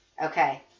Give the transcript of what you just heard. Okay